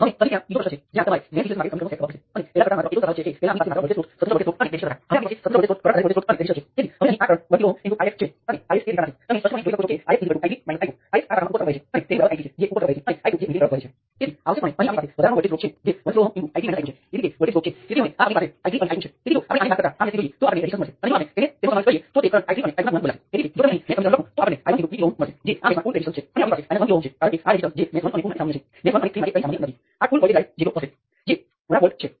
જો તમારી પાસે રેઝિસ્ટર અને લિનિયર કંટ્રોલ સોર્સ અને ટર્મિનલની જોડી ધરાવતું નેટવર્ક હોય તો ટર્મિનલની આ જોડીમાં તે એક જ રેઝિસ્ટન્સ સમાન છે